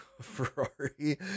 Ferrari